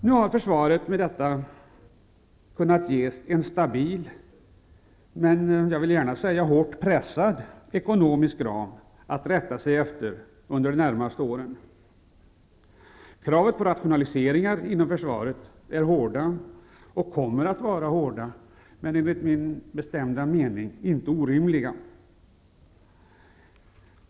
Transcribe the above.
Nu har försvaret getts en stabil men, vill jag säga, hårt pressad ekonomisk ram att rätta sig efter under de närmaste åren. Kraven på rationaliseringar inom försvaret är hårda och kommer att vara hårda men enligt min bestämda mening inte orimliga.